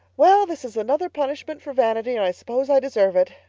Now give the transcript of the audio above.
well, this is another punishment for vanity and i suppose i deserve it.